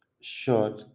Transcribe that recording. Sure